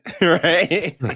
Right